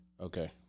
Okay